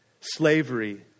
slavery